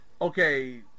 okay